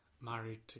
married